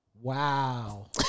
Wow